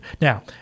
Now